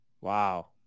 wow